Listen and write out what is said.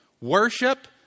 Worship